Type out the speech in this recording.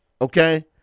Okay